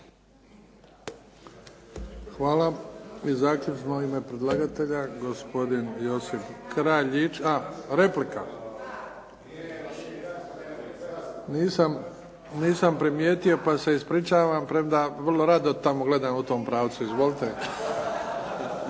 Hvala. I zaključno u ime predlagatelja gospodin Kraljičak. A replika. Nisam primijetio pa se ispričavam. Premda vrlo rado tamo gledam u tom pravcu. Izvolite.